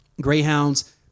Greyhounds